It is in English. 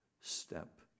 step